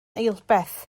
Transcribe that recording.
eilbeth